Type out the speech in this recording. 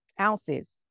ounces